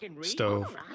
stove